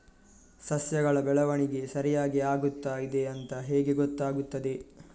ಸಸ್ಯಗಳ ಬೆಳವಣಿಗೆ ಸರಿಯಾಗಿ ಆಗುತ್ತಾ ಇದೆ ಅಂತ ಹೇಗೆ ಗೊತ್ತಾಗುತ್ತದೆ?